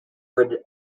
would